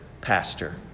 pastor